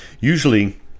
usually